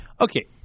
Okay